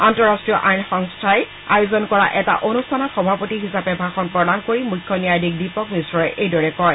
আন্তঃৰাষ্ট্ৰীয় আইন সংস্থাই আয়োজন কৰা এটা অনুষ্ঠানত সভাপতি হিচাপে ভাষণ প্ৰদান কৰি মুখ্য ন্যায়াধীশ দীপক মিশ্ৰই এইদৰে কয়